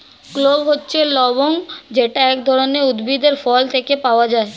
clove হচ্ছে লবঙ্গ যেটা এক ধরনের উদ্ভিদের ফুল থেকে পাওয়া